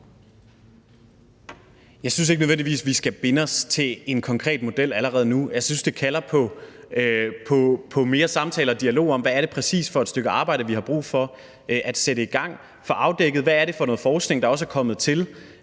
Jeg synes ikke nødvendigvis, at vi skal binde os til en konkret model allerede nu. Jeg synes, det kalder på mere samtale og dialog om, hvad det præcist er for et stykke arbejde, vi har brug for at sætte i gang. Vi skal have afdækket, hvad det er for noget forskning, der også er kommet til